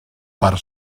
per